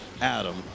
Adam